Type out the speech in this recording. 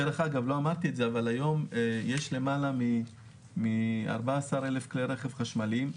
ודרך אגב לא אמרתי אבל היום יש למעלה מ-14,000 כלי רכב חשמליים.